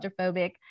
claustrophobic